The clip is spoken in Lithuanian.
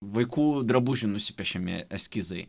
vaikų drabužių nusipiešiame eskizai